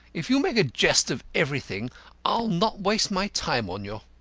if you make a jest of everything i'll not waste my time on you.